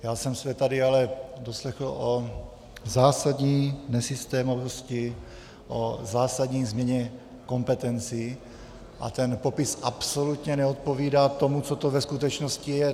Já jsem se tady ale doslechl o zásadní nesystémovosti, o zásadní změně kompetencí a ten popis absolutně neodpovídá tomu, co to ve skutečnosti je.